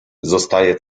zostaje